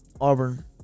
Auburn